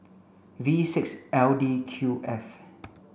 V six L D Q F